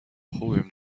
خوبیم